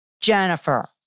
Jennifer